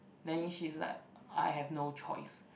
then she's like I have no choice